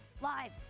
live